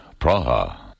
Praha